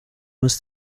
was